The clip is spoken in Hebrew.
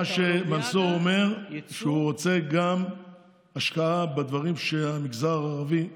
מנסור אומר שהוא רוצה גם השקעה בדברים שהמגזר הערבי רוצה,